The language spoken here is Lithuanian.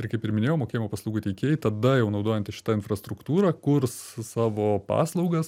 ir kaip ir minėjau mokėjimo paslaugų teikėjai tada jau naudojantis šita infrastruktūra kurs savo paslaugas